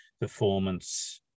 performance